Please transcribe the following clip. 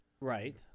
right